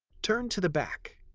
turn to the back.